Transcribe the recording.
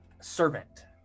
servant